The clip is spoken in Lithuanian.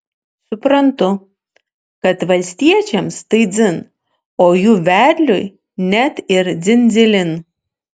suprantu kad valstiečiams tai dzin o jų vedliui net ir dzin dzilin